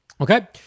Okay